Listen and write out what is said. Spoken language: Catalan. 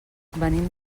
venim